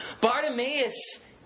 Bartimaeus